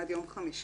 עד יום חמישי,